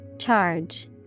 Charge